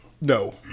No